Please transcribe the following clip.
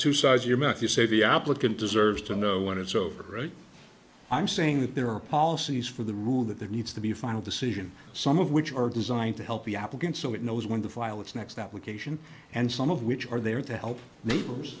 two sides your mouth you say the applicant deserves to know when it's over right i'm saying that there are policies for the rule that there needs to be a final decision some of which are designed to help the applicant so it knows when to file its next that we cation and some of which are there to help neighbors